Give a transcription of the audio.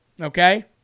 okay